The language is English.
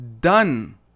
done